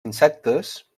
insectes